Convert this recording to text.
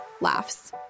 Laughs